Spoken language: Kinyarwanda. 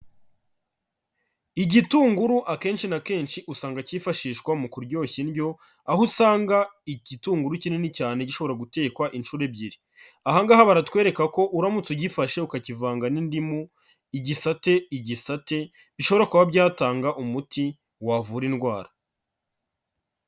Igitunguru akenshi na kenshi usanga cyifashishwa mu kuryoshya indyo, aho usanga igitunguru kinini cyane gishobora gutekwa inshuro ebyiri. Aha ngaha baratwereka ko uramutse ugifashe ukakivanga n'indimu, igisate igisate, bishobora kuba byatanga umuti wavura indwara.